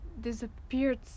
disappeared